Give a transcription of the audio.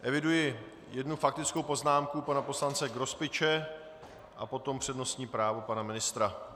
Eviduji jednu faktickou poznámku pana poslance Grospiče a potom přednostní právo pana ministra.